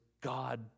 God